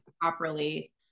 properly